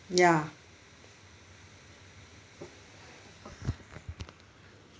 ya